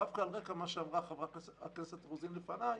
דווקא על רקע מה שאמרה חברת הכנסת רוזין לפניי,